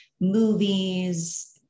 movies